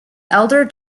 elder